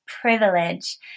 privilege